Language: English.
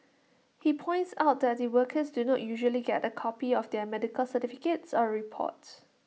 he points out that the workers do not usually get A copy of their medical certificates or reports